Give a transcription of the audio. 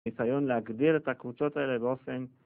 ניסיון להגדיר את הקבוצות האלה באופן